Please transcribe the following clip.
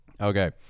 okay